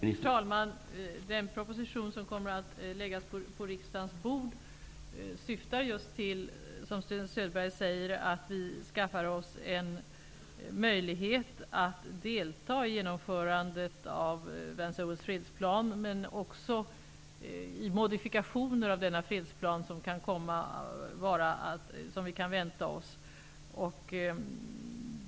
Herr talman! Den proposition som kommer att läggas på riksdagens bord syftar, som Sten Söderberg sade, just till att vi skall skaffa oss en möjlighet att delta i genomförandet av Vance-- Owens fredsplan men också i de modifikationer av denna fredsplan som vi kan vänta oss.